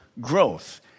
growth